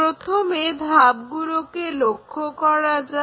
প্রথমে ধাপগুলোকে লক্ষ্য করা যাক